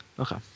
Okay